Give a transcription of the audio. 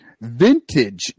vintage